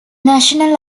national